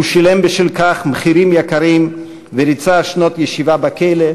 והוא שילם בשל כך מחירים יקרים וריצה שנות ישיבה בכלא,